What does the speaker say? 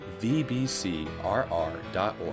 vbcrr.org